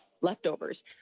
leftovers